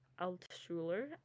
Altschuler